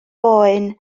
boen